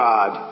God